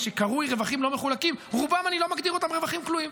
מה שקרוי "רווחים לא מחולקים" את רובם אני לא מגדיר רווחים כלואים.